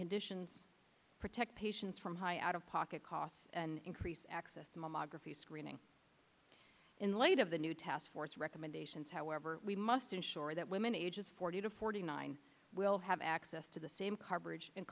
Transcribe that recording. conditions protect patients from high out of pocket costs and increase access to mammography screening in light of the new task force recommendations however we must ensure that women ages forty to forty nine will have access to the same coverage